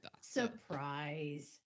surprise